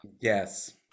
yes